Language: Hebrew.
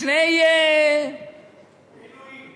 שני, עילויים.